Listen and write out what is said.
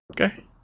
Okay